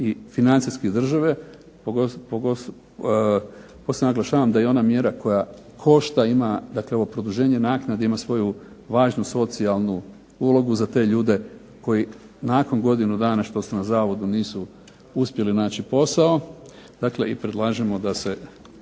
i financijske države, posebno naglašavam da je ona mjera koja košta ima dakle ovo produženje naknade ima svoju važnu socijalnu ulogu za te ljude koji nakon godinu dana što su na zavodu nisu uspjeli naći posao. Dakle, predlažem da se